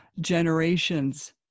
generations